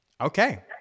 Okay